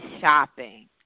shopping